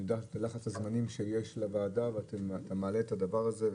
אני יודע איזה לחץ זמנים יש לוועדה ואתה עדיין מעלה את הדבר הזה.